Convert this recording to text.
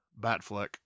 Batfleck